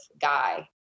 guy